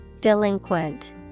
Delinquent